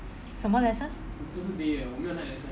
什么 lesson